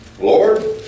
Lord